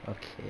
okay